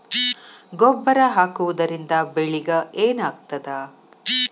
ಗೊಬ್ಬರ ಹಾಕುವುದರಿಂದ ಬೆಳಿಗ ಏನಾಗ್ತದ?